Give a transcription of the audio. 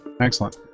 excellent